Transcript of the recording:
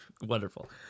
Wonderful